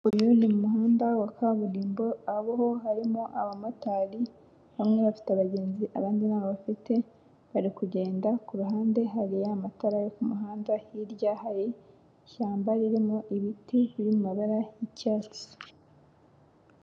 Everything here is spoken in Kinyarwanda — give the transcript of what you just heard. Uyu ni mu muhanda wa kaburimbo, aho harimo abamotari, bamwe bafite abagenzi abandi ntabo bafite, bari kugenda, ku ruhande hari ya matara yo ku muhanda, hirya hari ishyamba ririmo ibiti biri mu mabara y'icyatsi.